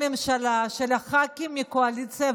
אנחנו בממשלה הקודמת השקענו במטרו שעות רבות,